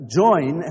join